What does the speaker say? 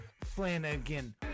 Flanagan